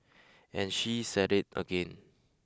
and she is at it again